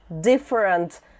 different